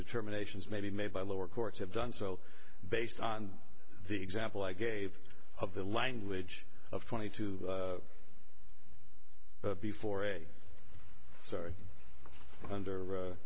do terminations may be made by lower courts have done so based on the example i gave of the language of twenty two before a story under